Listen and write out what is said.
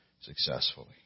successfully